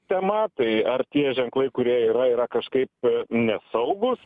tema tai ar tie ženklai kurie yra yra kažkaip nesaugūs